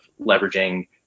leveraging